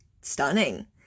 stunning